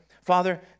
Father